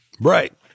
Right